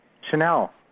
Chanel